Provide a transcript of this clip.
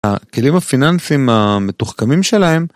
הכלים הפיננסים המתוחכמים שלהם.